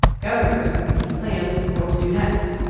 governors are making plans for what to do next.